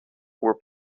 were